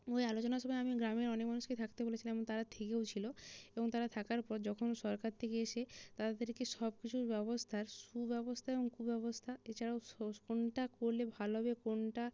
ওই আলোচনা সভায় আমি গ্রামের অনেক মানুষকে থাকতে বলেছিলাম তারা থেকেও ছিলো এবং তারা থাকার পর যখন সরকার থেকে এসে তাদেরকে সব কিছুর ব্যবস্থার সু ব্যবস্থা এবং কু ব্যবস্থা এছাড়াও কোনটা করলে ভালো হবে কোনটা